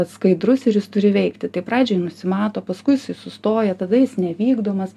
skaidrus ir jis turi veikti tai pradžioj nusimato paskui jisai sustoja tada jis nevykdomas